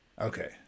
Okay